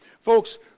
Folks